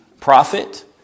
prophet